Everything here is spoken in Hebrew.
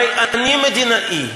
הרי אני מדינאי.